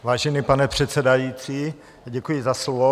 Vážený pane předsedající, děkuji za slovo.